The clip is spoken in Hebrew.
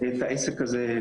לחזור אחורה להסדרה הישנה,